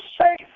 safe